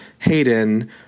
Hayden